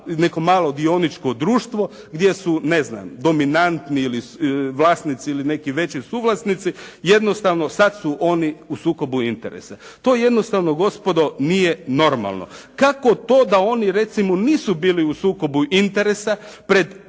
neko malo dioničko društvo gdje su ne znam dominantni vlasnici ili neki veći suvlasnici jednostavno sad su oni u sukobu interesa. To jednostavno gospodo nije normalno. Kako to da oni recimo nisu bili u sukobu interesa pred tri